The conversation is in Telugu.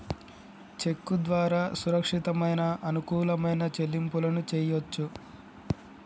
చెక్కు ద్వారా సురక్షితమైన, అనుకూలమైన చెల్లింపులను చెయ్యొచ్చు